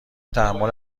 تحمل